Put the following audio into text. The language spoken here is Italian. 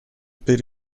per